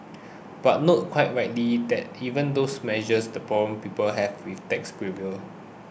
but noted quite rightly that even with those measures the problems people have with taxis prevailed